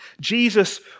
Jesus